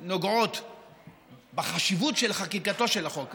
שנוגעות בחשיבות של חקיקתו של החוק הזה.